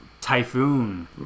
Typhoon